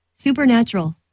Supernatural